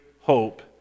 hope